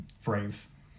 phrase